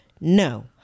no